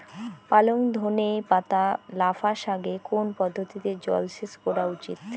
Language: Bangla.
পালং ধনে পাতা লাফা শাকে কোন পদ্ধতিতে জল সেচ করা উচিৎ?